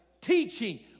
Teaching